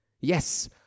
Yes